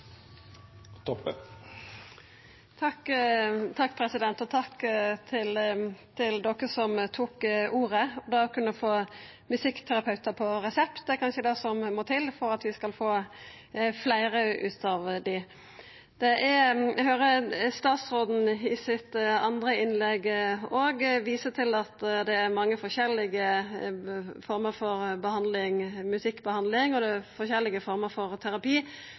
resept. Takk til dei som tok ordet. Det å kunna få musikkterapeutar på resept er kanskje det som må til for at vi skal få fleire av dei. Eg høyrer statsråden i sitt andre innlegg visa til at det er mange forskjellige former for behandling, musikkbehandling, og det er forskjellige former for terapi.